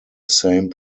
same